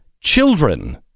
children